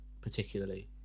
particularly